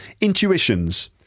Intuitions